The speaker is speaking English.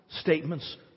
statements